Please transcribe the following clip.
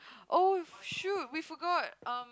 oh shoot we forgot um